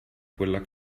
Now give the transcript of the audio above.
quella